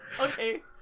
Okay